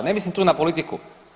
Ne mislim tu na politiku.